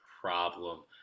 problem